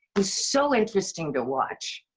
was so interesting to watch.